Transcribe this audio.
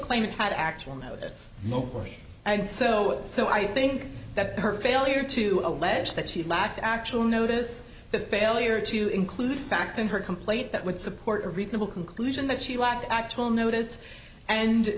claimant had actual notice mochrie and so so i think that her failure to allege that she lacked actual notice the failure to include facts in her complaint that would support a reasonable conclusion that she lacked actual notice and